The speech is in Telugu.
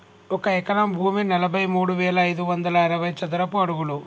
ఒక ఎకరం భూమి నలభై మూడు వేల ఐదు వందల అరవై చదరపు అడుగులు